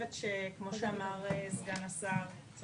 אנחנו מבקשות ומבקשים מכם לעשות את מה שצריך.